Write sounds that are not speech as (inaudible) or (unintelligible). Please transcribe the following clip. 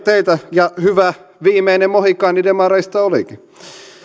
(unintelligible) teitä ja hyvä viimeinen mohikaani demareista olikin